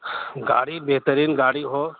گاڑی بہترین گاڑی ہو